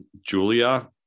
Julia